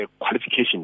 qualification